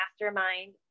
mastermind